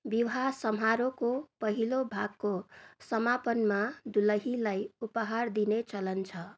विवाह समारोहको पहिलो भागको समापनमा दुलहीलाई उपहार दिने चलन छ